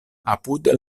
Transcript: apud